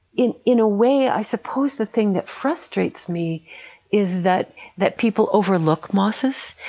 in in a way, i suppose the thing that frustrates me is that that people overlook mosses.